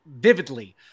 vividly